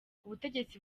ubutegetsi